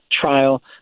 trial